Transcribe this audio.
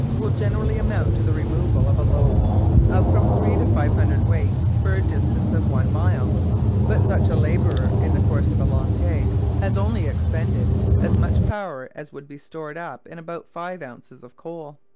will generally amount to the removal of a load of from three to five hundred-weight for a distance of one mile but such a labourer in the course of a long day has only expended as much power as would be stored up in about five ounces of coal.